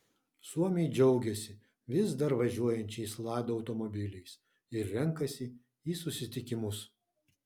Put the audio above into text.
suomiai džiaugiasi vis dar važiuojančiais lada automobiliais ir renkasi į susitikimus